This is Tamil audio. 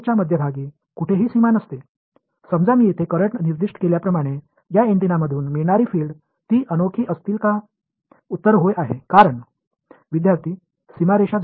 எனவே இந்த விஷயத்தில் புலங்கள் தனித்துவமாக இருக்கும் அது இன்டெர்ஸ்டெல்லர் இடைவெளியின் நடுவில் எங்கும் எல்லை இல்லை இந்த ஆண்டெனாவிலிருந்து நீங்கள் பெறும் புலங்கள் நான் இங்கு மின்னோட்டத்தைக் குறிப்பிட்டுள்ளேன் என்று வைத்துக்கொண்டு அவை தனித்துவமாக இருக்குமா